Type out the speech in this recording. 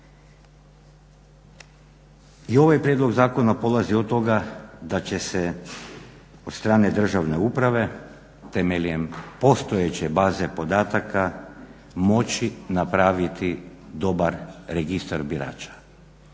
I ovaj prijedlog zakona polazi od toga da će se od strane državne uprave, temeljem postojeće baze podataka moći napraviti dobar registar birača.